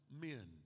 men